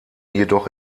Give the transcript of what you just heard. jedoch